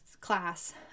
class